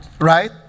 Right